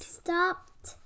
stopped